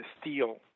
steal